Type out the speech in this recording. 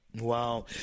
Wow